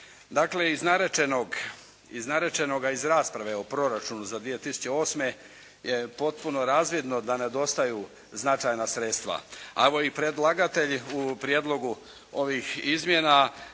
Dakle, iz narečenoga, iz rasprave o proračunu za 2008. je potpuno razvidno da nedostaju značajna sredstva. A evo i predlagatelj u prijedlogu ovih izmjena